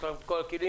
יש לכם כל הכלים.